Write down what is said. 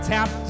Tap